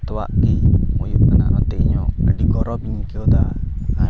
ᱡᱚᱛᱚᱣᱟᱜ ᱜᱮ ᱦᱩᱭᱩᱜ ᱠᱟᱱᱟ ᱚᱱᱟᱛᱮ ᱤᱧ ᱦᱚᱸ ᱟᱹᱰᱤ ᱜᱚᱨᱚᱵᱽ ᱤᱧ ᱟᱹᱭᱠᱟᱹᱣᱫᱟ ᱟᱨ